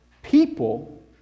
people